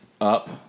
up